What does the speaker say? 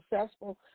successful